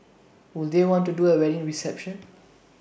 would they want to do A wedding reception